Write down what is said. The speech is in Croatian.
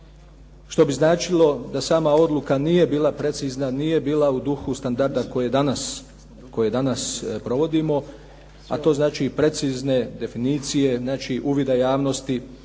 što bi značilo da sama odluka nije bila precizna, nije bila u duhu standarda koji danas provodimo, a to znači i precizne definicije, znači uvida javnosti